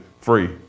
free